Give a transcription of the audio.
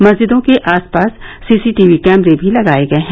मस्जिदो के आस पास सी सी टी वी कैमरे भी लगाए गये हैं